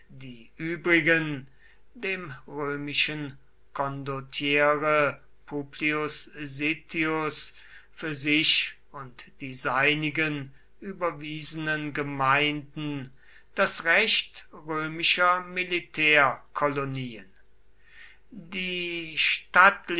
die übrigen dem römischen condottiere publius sittius für sich und die seinigen überwiesenen gemeinden das recht römischer militärkolonien die